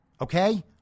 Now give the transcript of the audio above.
Okay